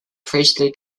priestley